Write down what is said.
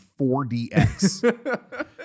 4DX